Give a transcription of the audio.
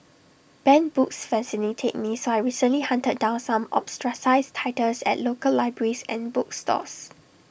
banned books fascinate me so I recently hunted down some ostracised titles at local libraries and bookstores